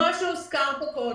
כמו שהוזכר פה קודם,